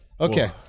Okay